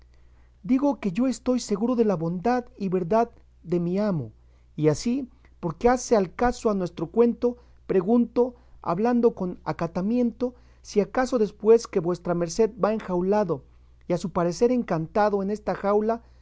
digo que yo estoy seguro de la bondad y verdad de mi amo y así porque hace al caso a nuestro cuento pregunto hablando con acatamiento si acaso después que vuestra merced va enjaulado y a su parecer encantado en esta jaula